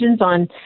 on